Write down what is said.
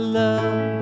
love